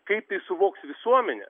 kaip jį suvoks visuomenė